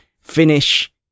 Finish